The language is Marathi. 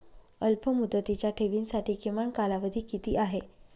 अल्पमुदतीच्या ठेवींसाठी किमान कालावधी किती आहे?